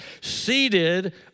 seated